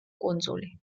კუნძული